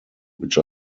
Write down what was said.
which